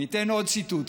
אני אתן עוד ציטוט.